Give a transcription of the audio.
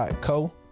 co